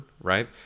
Right